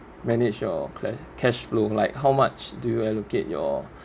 manage your cla~ cash flow like how much do you allocate your